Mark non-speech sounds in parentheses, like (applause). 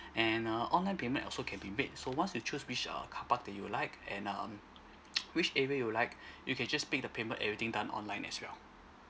and err online payment also can be made so once you choose which err carpark that you like and um (noise) which area you'd like you can just make the payment everything done online as well